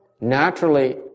naturally